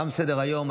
תם סדר-היום.